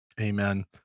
Amen